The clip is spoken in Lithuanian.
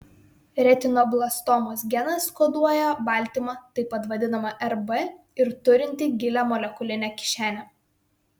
retinoblastomos genas koduoja baltymą taip pat vadinamą rb ir turintį gilią molekulinę kišenę